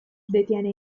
detiene